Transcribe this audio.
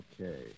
Okay